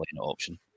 option